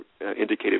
indicated